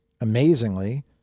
Amazingly